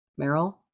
Meryl